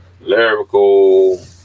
lyrical